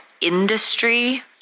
industry